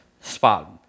spot